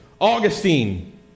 Augustine